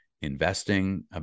investing